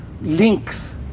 links